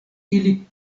ili